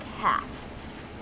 casts